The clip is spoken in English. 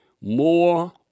more